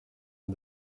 and